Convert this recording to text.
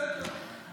בסדר.